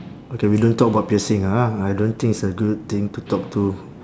okay we don't talk about piercing ah I don't think it's a good thing to talk to